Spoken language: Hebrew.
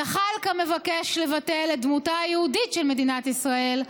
זחאלקה מבקש לבטל את דמותה היהודית של מדינת ישראל,